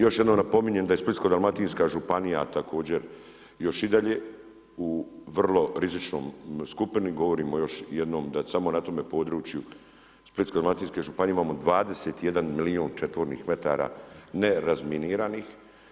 Još jednom napominjem da je Splitsko dalmatinska županija, još i dalje, u vrlo rizičnom skupini, govorimo još jednom, da je na samom tome području Splitsko dalmatinske županije, imamo 21 milijun četvornih metara ne razminiranih.